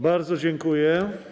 Bardzo dziękuję.